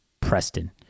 Preston